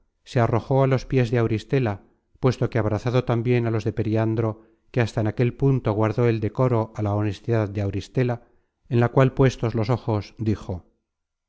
se arrojó á los pies de auristela puesto que abrazado tambien á los de periandro que hasta en aquel punto guardó el decoro á la honestidad de auristela en la cual puestos los ojos dijo